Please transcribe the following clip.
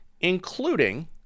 including